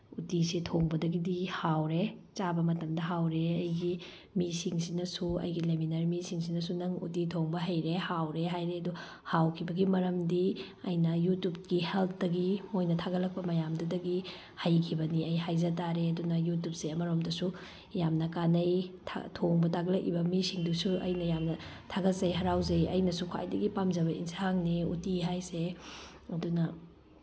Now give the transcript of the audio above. ꯎꯇꯤꯁꯦ ꯊꯣꯡꯕꯗꯒꯤꯗꯤ ꯍꯥꯎꯔꯦ ꯆꯥꯕ ꯃꯇꯝꯗ ꯍꯥꯎꯔꯦ ꯑꯩꯒꯤ ꯃꯤꯁꯤꯡꯁꯤꯅꯁꯨ ꯑꯩꯒ ꯂꯩꯃꯤꯟꯅꯔꯤꯕ ꯃꯤꯁꯤꯡꯁꯤꯅꯁꯨ ꯅꯪ ꯎꯇꯤ ꯊꯣꯡꯕ ꯍꯩꯔꯦ ꯍꯥꯎꯔꯦ ꯍꯥꯏꯔꯦ ꯑꯗꯣ ꯍꯥꯎꯈꯤꯕꯒꯤ ꯃꯔꯝꯗꯤ ꯑꯩꯅ ꯌꯨꯇꯨꯞꯀꯤ ꯍꯦꯜꯄꯇꯒꯤ ꯃꯣꯏꯅ ꯊꯥꯒꯠꯂꯛꯄ ꯃꯌꯥꯝꯗꯨꯗꯒꯤ ꯍꯩꯈꯤꯕꯅꯤ ꯑꯩ ꯍꯥꯏꯖ ꯇꯥꯔꯦ ꯑꯗꯨꯅ ꯌꯨꯇꯨꯞꯁꯦ ꯑꯃꯔꯣꯝꯗꯁꯨ ꯌꯥꯝꯅ ꯀꯥꯟꯅꯩ ꯊꯣꯡꯕ ꯇꯥꯛꯂꯛꯏꯕ ꯃꯤꯁꯤꯡꯗꯨꯁꯨ ꯑꯩꯅ ꯌꯥꯝꯅ ꯊꯥꯒꯠꯆꯩ ꯍꯔꯥꯎꯖꯩ ꯑꯩꯅꯁꯨ ꯈ꯭ꯋꯥꯏꯗꯒꯤ ꯄꯥꯝꯖꯕ ꯏꯟꯁꯥꯡꯅꯤ ꯎꯇꯤ ꯍꯥꯏꯁꯦ ꯑꯗꯨꯅ